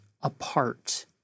apart